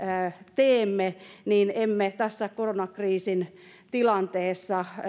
teemme niin emme tässä koronakriisin tilanteessa